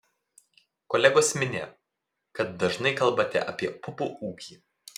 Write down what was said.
kolegos minėjo kad dažnai kalbate apie pupų ūkį